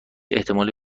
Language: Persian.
احتمالی